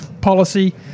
policy